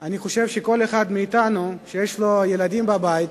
אני חושב שכל אחד מאתנו שיש לו ילדים בבית